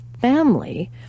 family